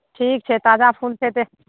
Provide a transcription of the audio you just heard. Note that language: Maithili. ठीक छै ताजा फूल छै तऽ